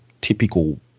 typical